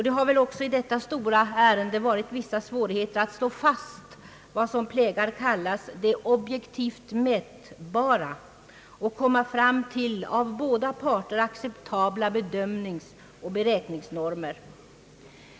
Det har väl också i detta stora ärende varit vissa svårigheter att slå fast vad som plägar kallas » det objektivt mätbara» och att komma fram till av båda parter acceptabla bedömningsoch beräkningsnormer.